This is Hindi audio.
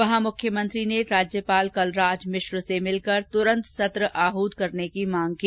वहां मुख्यमंत्री ने राज्यपाल कलराज मिश्र से मिलकर तुरंत सत्र आहत करने की मांग की